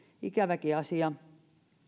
ikäväkin asia